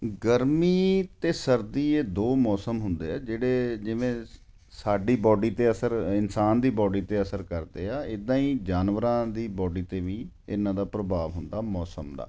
ਗਰਮੀ ਅਤੇ ਸਰਦੀ ਇਹ ਦੋ ਮੌਸਮ ਹੁੰਦੇ ਆ ਜਿਹੜੇ ਜਿਵੇਂ ਸਾਡੀ ਬਾਡੀ 'ਤੇ ਅਸਰ ਇਨਸਾਨ ਦੀ ਬਾਡੀ 'ਤੇ ਅਸਰ ਕਰਦੇ ਆ ਇੱਦਾਂ ਹੀ ਜਾਨਵਰਾਂ ਦੀ ਬੋਡੀ 'ਤੇ ਵੀ ਇਹਨਾਂ ਦਾ ਪ੍ਰਭਾਵ ਮੌਸਮ ਦਾ